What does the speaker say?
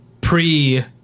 pre